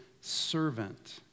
servant